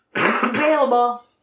Available